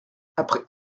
après